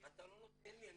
אתה לא נותן לי.